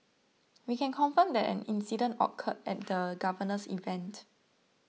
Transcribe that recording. we can confirm that an incident occurred at the governor's event